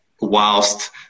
whilst